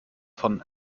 von